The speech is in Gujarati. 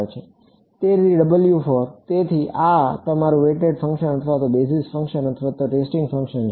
તેથી W ફોર તેથી આ તમારું વેઇટેડ ફંકશન અથવા બેસીસ ફંકશન અથવા ટેસ્ટિંગ ફંકશન છે